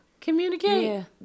Communicate